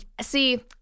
see –